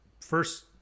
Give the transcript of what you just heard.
first